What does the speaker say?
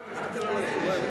לגמרי.